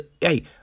hey